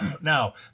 now